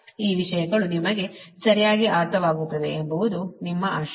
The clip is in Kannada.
ಆದ್ದರಿಂದ ಈ ವಿಷಯಗಳು ನಿಮಗೆ ಸರಿಯಾಗಿ ಅರ್ಥವಾಗುತ್ತವೆ ಎಂಬುದು ನಿಮ್ಮ ಆಶಯ